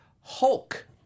hulk